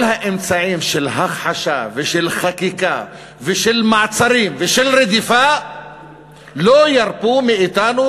כל האמצעים של הכחשה ושל חקיקה ושל מעצרים ושל רדיפה לא ירפו את ידינו,